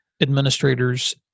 administrators